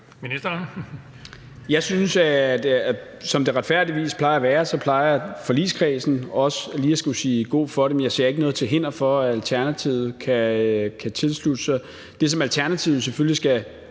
Hummelgaard): Retfærdigvis plejer forligskredsen også lige at skulle sige god for det, men jeg ser ikke noget til hinder for, at Alternativet kan tilslutte sig. Det, som Alternativet selvfølgelig skal